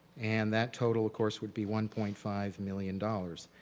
and that total of course would be one point five million dollars.